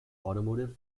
automotive